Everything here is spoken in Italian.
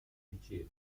cerchio